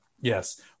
Yes